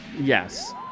Yes